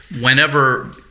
whenever—